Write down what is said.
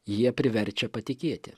jie priverčia patikėti